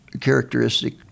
characteristic